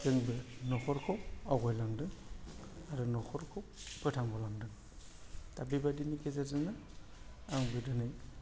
जोंबो न'खरखौ आवगायलांदों आरो न'खरखौ फोथांबोलांदों दा बेबायदिनि गेजेरजोंनो आंबो दिनै